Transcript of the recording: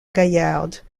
gaillarde